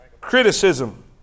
criticism